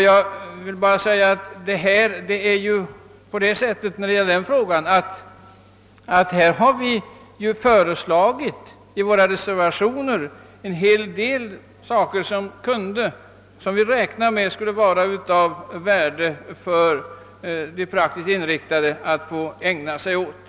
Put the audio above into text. Jag vill endast tillägga att när det gäller denna fråga har vi i våra reservationer föreslagit en hel del som, enligt vad vi räknar med, skulle vara av värde för de praktiskt inriktade att få ägna sig åt.